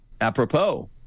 apropos